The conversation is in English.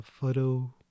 photo